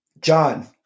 John